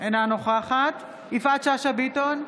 אינה נוכחת יפעת שאשא ביטון,